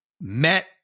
Met